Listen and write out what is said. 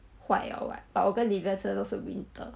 坏 liao [what] but 我跟 lyvia 吃都是 winter